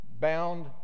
bound